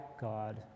God